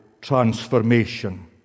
transformation